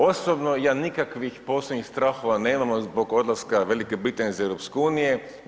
Osobno, ja nikakvih posebnih strahova nemam zbog odlaska Velike Britanije iz EU-a.